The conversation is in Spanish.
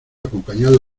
acompañado